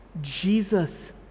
Jesus